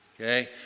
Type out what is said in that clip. Okay